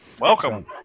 welcome